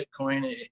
Bitcoin